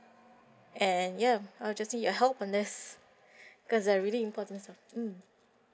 and ya I'll just need your help on this because there are really important stuff mm